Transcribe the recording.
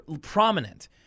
prominent